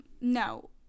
No